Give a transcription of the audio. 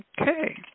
Okay